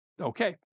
okay